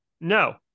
No